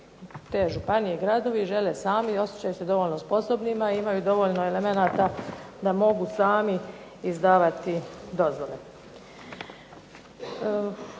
te županije, gradovi žele sami, osjećaju se dovoljno sposobnima i imaju dovoljno elemenata da mogu sami izdavati dozvole.